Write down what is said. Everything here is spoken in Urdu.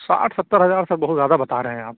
ساٹھ ستر ہزار سر بہت زیادہ بتا رہے ہیں آپ